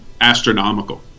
astronomical